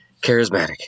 charismatic